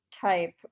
type